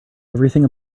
everything